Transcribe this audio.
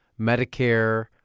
Medicare